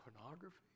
pornography